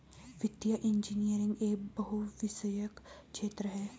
वित्तीय इंजीनियरिंग एक बहुविषयक क्षेत्र है